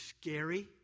scary